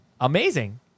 Amazing